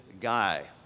guy